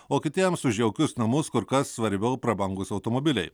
o kitiems už jaukius namus kur kas svarbiau prabangūs automobiliai